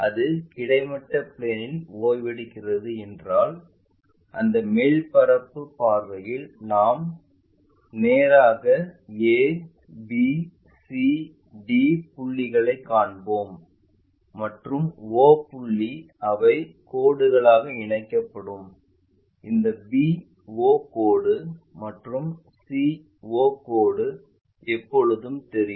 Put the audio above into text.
அது கிடைமட்ட பிளேன்இல் ஓய்வெடுக்கிறது என்றால் அந்த மேல் பார்வையில் நாம் நேராக a b c d புள்ளிகளைக் காண்போம் மற்றும் o புள்ளி அவை கோடுகளால் இணைக்கப்படும் இந்த b o கோடு மற்றும் c o கோடு எப்போதும் தெரியும்